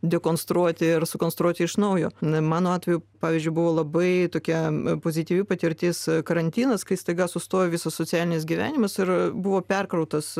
dekonstruoti ir sukonstruoti iš naujo na mano atveju pavyzdžiui buvo labai tokia pozityvi patirtis karantinas kai staiga sustojo visas socialinis gyvenimas ir buvo perkrautas